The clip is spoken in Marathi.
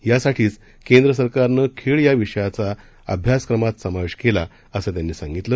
यासाठीच केंद्र सरकारनं खेळ या विषयाचा अभ्यासक्रमात समावेश केला असं त्यांनी सांगितलं